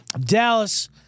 Dallas